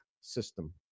system